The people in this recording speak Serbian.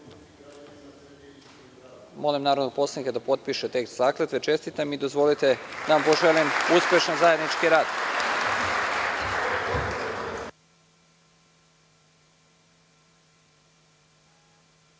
narodnog poslanika da potpiše tekst zakletve. Čestitam i dozvolite da vam poželim uspešan zajednički